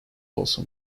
also